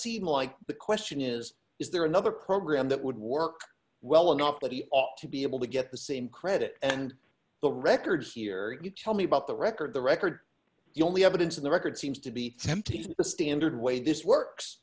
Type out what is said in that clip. seem like the question is is there another program that would work well enough that he ought to be able to get the same credit and the records here you tell me about the record the record the only evidence in the record seems to be empty is the standard way this works